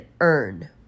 earn